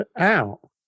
out